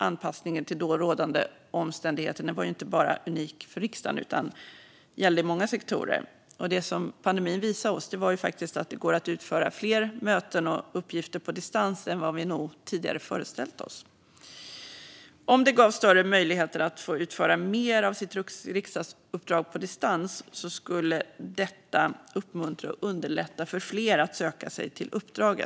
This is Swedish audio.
Anpassningen till rådande omständigheter var ju inte unik för riksdagen utan gällde i många sektorer. Det pandemin visade var att det går att ha fler möten och utföra fler uppgifter på distans än vad vi nog tidigare hade föreställt oss. Om det gavs större möjligheter att få utföra mer av sitt riksdagsuppdrag på distans skulle detta uppmuntra och underlätta för fler att söka sig till uppdraget.